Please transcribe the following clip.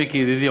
מיקי ידידי,